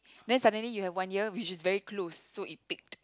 then suddenly you have one year which is very close so it picked